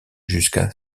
jusqu’à